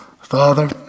Father